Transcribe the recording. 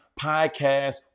podcast